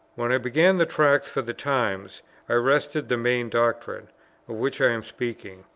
when i began the tracts for the times i rested the main doctrine, of which i am speaking,